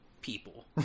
people